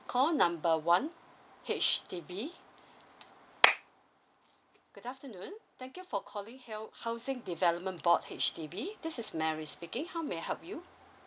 call number one H_D_B good afternoon thank you for calling hel~ housing development board H_D_B this is mary speaking how may I help you